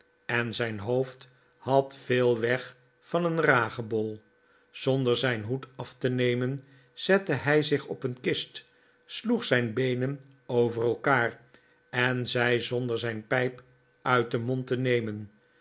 en zijn hoofd had veel weg van een ragebol zonder zijn hoed af te nemen zette hij zich op een kist sloeg zijn beenen over elkaar en zei zonder zijn pijp uit zijn mond te nemen